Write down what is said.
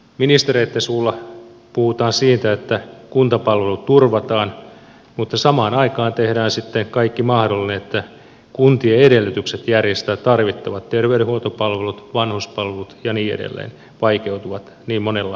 ministereitten suulla puhutaan siitä että kuntapalvelut turvataan mutta samaan aikaan tehdään sitten kaikki mahdollinen että kuntien edellytykset järjestää tarvittavat terveydenhuoltopalvelut vanhuspalvelut ja niin edelleen vaikeutuvat niin monella niin monella tavalla